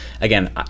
again